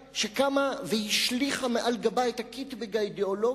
שקמה והשליכה מעל גבה את הקיטבג האידיאולוגי,